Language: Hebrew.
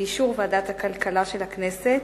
באישור ועדת הכלכלה של הכנסת,